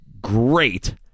great